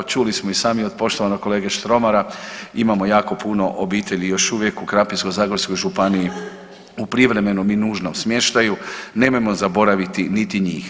Čuli smo i sami od poštovanog kolege Štromara, imamo jako puno obitelji još uvijek, u Krapinsko-zagorskoj županiji u privremenom i nužnom smještaju, nemojmo zaboraviti niti njih.